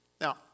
Now